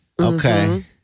Okay